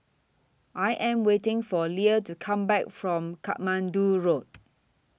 I Am waiting For Lea to Come Back from Katmandu Road